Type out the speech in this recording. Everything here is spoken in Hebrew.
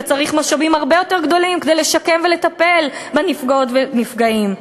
וצריך משאבים הרבה יותר גדולים כדי לשקם ולטפל בנפגעות ונפגעים,